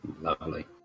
lovely